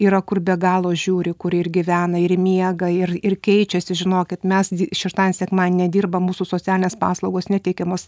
yra kur be galo žiūri kur ir gyvena ir miega ir ir keičiasi žinokit mes šeštadienį sekmadienį nedirbam mūsų socialinės paslaugos neteikiamos